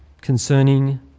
concerning